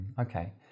okay